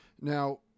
Now